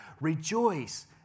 Rejoice